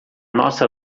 nossa